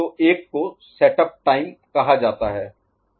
तो एक को सेटअप टाइम कहा जाता है